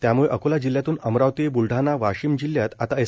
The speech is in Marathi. त्याम्ळं अकोला जिल्ह्यातून अमरावती बुलडाणा वाशीम जिल्ह्यात आता एस